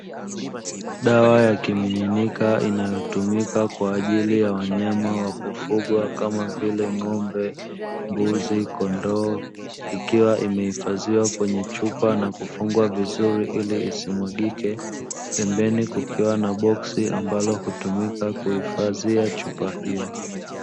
Dawa ya kimiminika inayotumika kwa ajili ya wanyama wa kufugwa kama vile:Ng'ombe, mbuzi, kondoo, ikiwa imehifadhiwa kwenye chupa na kufungwa vizuri ili isimwagike pembeni kukiwa na boksi ambalo hutumika kuhifadhia chupa hio.